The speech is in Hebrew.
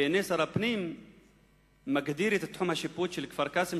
והנה שר הפנים מגדיר את תחום השיפוט של כפר-קאסם,